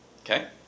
Okay